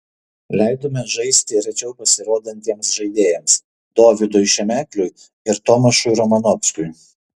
leidome žaisti rečiau pasirodantiems žaidėjams dovydui šemekliui ir tomašui romanovskiui